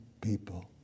people